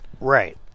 Right